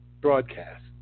broadcast